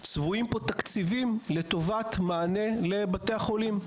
צבועים פה תקציבים לטובת מענה לבתי החולים.